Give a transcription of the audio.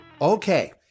Okay